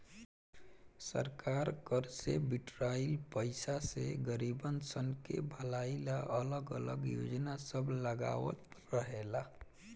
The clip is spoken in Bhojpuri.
सरकार कर से बिटोराइल पईसा से गरीबसन के भलाई ला अलग अलग योजना सब लगावत रहेला